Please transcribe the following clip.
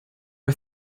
are